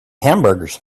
hamburgers